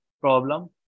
problem